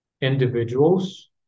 individuals